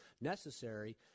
necessary